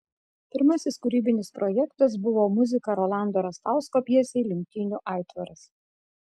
pirmasis kūrybinis projektas buvo muzika rolando rastausko pjesei lenktynių aitvaras